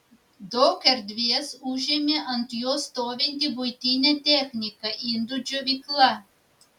daug erdvės užėmė ant jo stovinti buitinė technika indų džiovykla